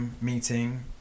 meeting